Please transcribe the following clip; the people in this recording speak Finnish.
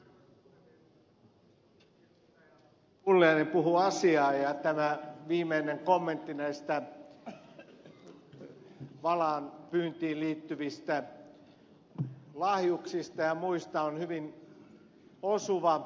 pulliainen puhui asiaa ja tämä viimeinen kommentti näistä valaanpyyntiin liittyvistä lahjuksista ja muista on hyvin osuva